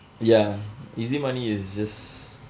ya easy money is just